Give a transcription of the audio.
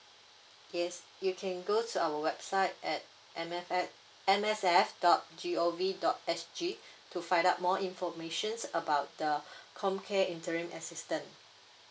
yes you can go to our website at M F at M S F dot G O V dot S G to find out more information about the comcare interim assistance